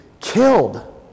killed